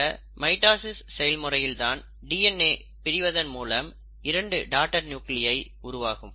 இந்த மைட்டாசிஸ் செயல்முறையில் தான் டிஎன்ஏ பிரிவதன் மூலம் 2 டாடர் நியூகிளியை உருவாகும்